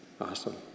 Awesome